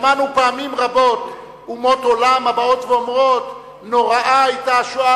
שמענו פעמים רבות אומות עולם הבאות ואומרות: נוראה היתה השואה,